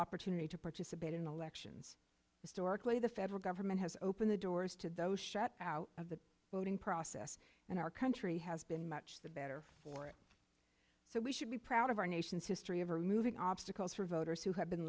opportunity to participate in elections historically the federal government has opened the doors to those shut out of the voting process in our country has been much the better for it so we should be proud of our nation's history of removing obstacles for voters who have been